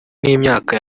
n’imyaka